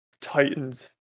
Titans